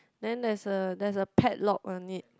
then there is a there is a padlock on it